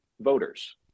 voters